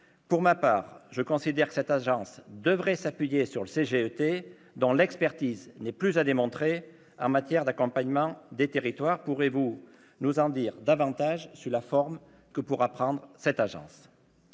Pour ma part, je considère que cette agence devrait s'appuyer sur le CGET, dont l'expertise n'est plus à démontrer dans l'accompagnement des territoires. Monsieur le ministre, pourrez-vous nous en dire davantage sur la forme que pourra prendre cette instance ?